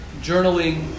journaling